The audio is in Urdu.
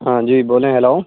ہاں جی بولیں ہیلو